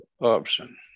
option